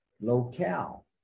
locale